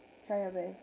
try your best